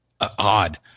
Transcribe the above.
odd